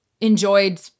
enjoyed